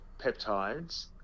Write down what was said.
peptides